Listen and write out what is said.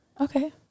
okay